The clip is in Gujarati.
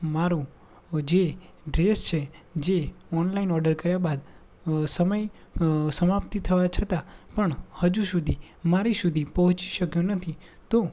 મારો જે ડ્રેસ છે જે ઓનલાઈન ઓર્ડર કર્યા બાદ સમય સમાપ્તિ થયા છતાં પણ હજુ સુધી મારી સુધી પહોંચી શક્યો નથી તો